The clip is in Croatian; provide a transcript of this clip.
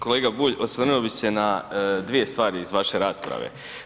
Kolega Bulj, osvrnuo bi se na svije stvari iz vaše rasprave.